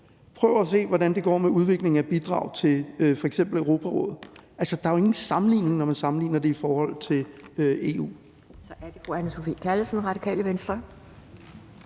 Prøv at se, hvordan det går med udviklingen af bidrag til f.eks. Europarådet. Altså, der er jo ingen sammenligning, når man sammenligner det i forhold til EU.